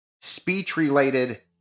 speech-related